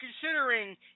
considering